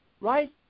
right